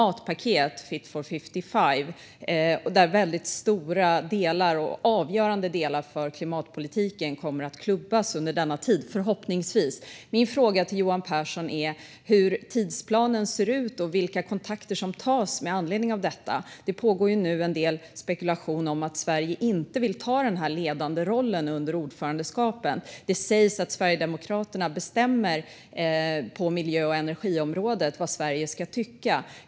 Väldigt stora och för klimatpolitiken avgörande delar av EU:s klimatpaket Fit for 55 kommer förhoppningsvis att klubbas under denna tid. Min fråga till Johan Pehrson är hur tidsplanen ser ut och vilka kontakter som tas med anledning av detta. Det pågår ju en del spekulation om att Sverige inte vill ta den här ledande rollen under ordförandeskapet. Det sägs att Sverigedemokraterna bestämmer vad Sverige ska tycka på miljö och energiområdet.